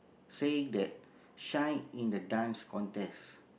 say that shine in the Dance Contest